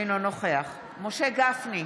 אינו נוכח משה גפני,